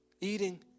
Eating